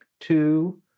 two